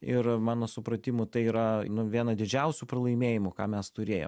ir mano supratimu tai yra vieną didžiausių pralaimėjimų ką mes turėjom